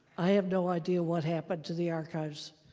i have no idea what happened to the archives.